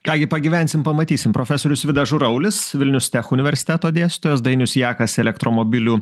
ką gi pagyvensim pamatysim profesorius vidas žuraulis vilnius universiteto dėstytojas dainius jakas elektromobilių